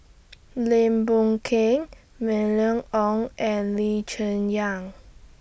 Lim Boon Keng Mylene Ong and Lee Cheng Yan